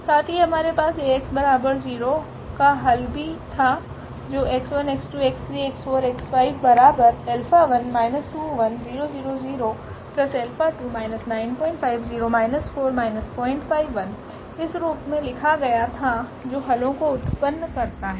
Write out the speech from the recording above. साथ ही हमारे पास 𝐴𝑥 0का हल भी था जो इस रूप में लिखा गया थाजो हलो को उत्पन्न करता है